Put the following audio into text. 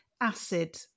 ACID